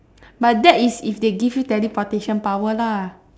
but that is if they give you teleportation power lah